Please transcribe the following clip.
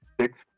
Six